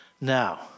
Now